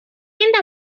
این